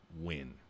win